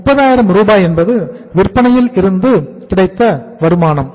300000 ரூபாய் என்பது விற்பனையில் இருந்து கிடைத்த வருமானம்